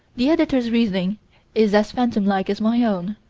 the editor's reasoning is as phantom-like as my own,